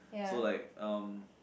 so like um